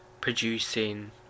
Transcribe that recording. producing